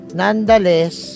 nonetheless